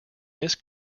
this